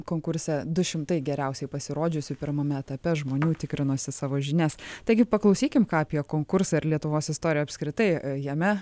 konkurse du šimtai geriausiai pasirodžiusių pirmame etape žmonių tikrinosi savo žinias taigi paklausykim ką apie konkursą ir lietuvos istoriją apskritai jame